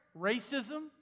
Racism